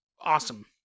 Awesome